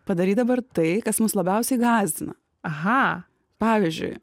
padaryt dabar tai kas mus labiausiai gąsdina aha pavyzdžiui